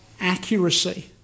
accuracy